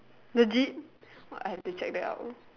legit !wah! I have to check that out